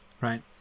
Right